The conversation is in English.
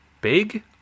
Big